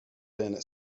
been